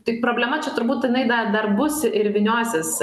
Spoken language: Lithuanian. tik problema čia turbūt jinai dar dar bus ir vyniosis